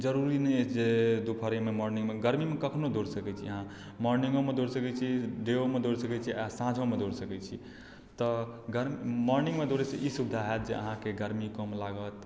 जरूरी नहि अछि जे दुपहरियामे मोर्निंगमे गर्मीमे अहाँ कखनहुँ दौड़ि सकैत छी अहाँ मोर्निंगोमे दौड़ि सकैत छी डेओमे दौड़ि सकैत छी आ साँझोमे दौड़ि सकैत छी तऽ गर्म मोर्निंगमे दौड़यसँ ई सुविधा हएत जे अहाँकेँ गर्मी कम लागत